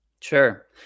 Sure